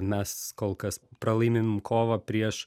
mes kol kas pralaimim kovą prieš